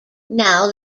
now